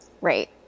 Right